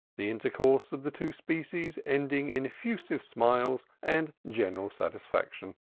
the intercourse of the two species ending in effusive smiles and general satisfaction.